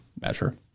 measure